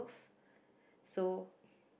so